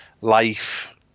life